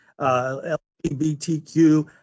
LGBTQ